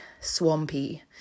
swampy